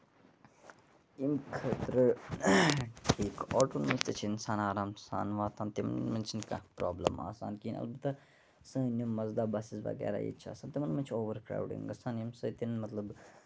ییٚمہِ خٲطرٕ اکھ آٹون منٛز چھِ اِنسان آرام سان واتان تِمن چھُنہٕ کانٛہہ پرابلِم آسان کیٚنٛہہ اَلبتہ سٲنۍ یِم مَزدا بَسز وغیرہ ییٚتہِ چھِ آسان تِمن منٛز چھِ اوٚور کروڈِنگ گژھان ییٚمہِ سۭتۍ مطلب